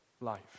life